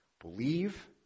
Believe